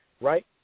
right